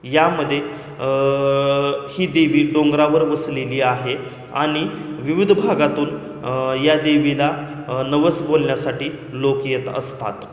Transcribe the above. यामध्ये ही देवी डोंगरावर वसलेली आहे आणि विविध भागातून या देवीला नवस बोलण्यासाठी लोक येत असतात